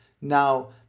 Now